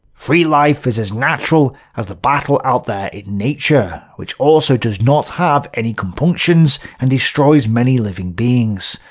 free life is as natural as the battle out there in nature, which also does not have any compunctions and destroys many living beings,